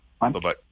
Bye-bye